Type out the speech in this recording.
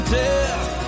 death